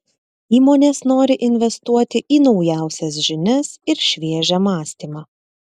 įmonės nori investuoti į naujausias žinias ir šviežią mąstymą